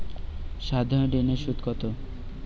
সাধারণ ঋণের সুদ কত?